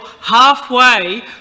halfway